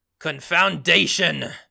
Confoundation